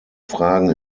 fragen